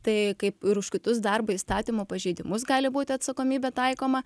tai kaip ir už kitus darbo įstatymų pažeidimus gali būti atsakomybė taikoma